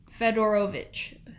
Fedorovich